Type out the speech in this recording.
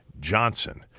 Johnson